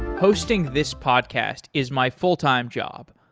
hosting this podcast is my full-time job,